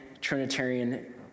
Trinitarian